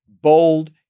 bold